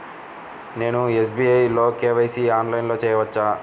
నేను ఎస్.బీ.ఐ లో కే.వై.సి ఆన్లైన్లో చేయవచ్చా?